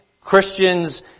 Christians